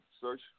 search